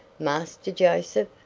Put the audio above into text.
master joseph?